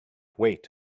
wait